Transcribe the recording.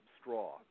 straw